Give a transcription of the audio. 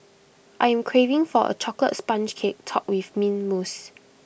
I am craving for A Chocolate Sponge Cake Topped with Mint Mousse